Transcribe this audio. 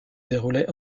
déroulait